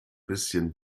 bisschen